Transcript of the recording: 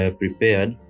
prepared